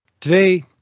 today